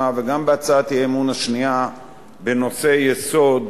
וגם בהצעת האי-אמון השנייה בנושאי יסוד